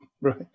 Right